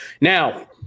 Now